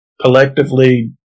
collectively